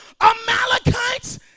Amalekites